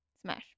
smash